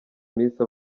iminsi